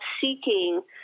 seeking